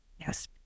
Yes